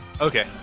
Okay